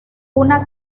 una